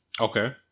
Okay